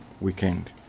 weekend